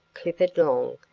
clifford long,